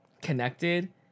connected